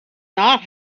not